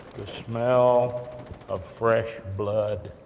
the smell of fresh blood,